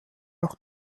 auch